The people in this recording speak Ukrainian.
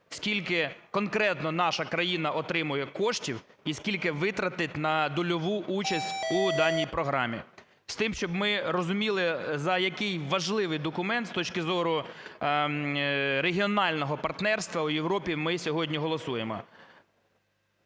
скільки конкретно наша країна отримує коштів і скільки витратить на дольову участь у даній програми. З тим, щоб ми розуміли, за який важливий документ, з точки зору регіонального партнерства в Європі ми сьогодні голосуємо.